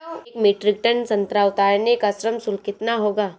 एक metric ton संतरा उतारने का श्रम शुल्क कितना होगा?